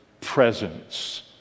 presence